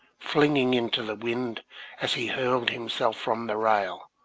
flinging into the wind as he hurled himself from the rail,